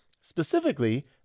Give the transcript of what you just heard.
Specifically